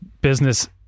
business